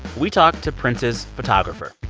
we talked to prince's photographer,